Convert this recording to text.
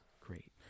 Great